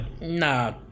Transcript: Nah